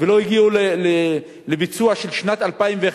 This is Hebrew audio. ולא הגיעו לביצוע של שנת 2011,